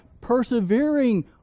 persevering